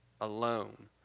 alone